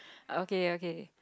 okay okay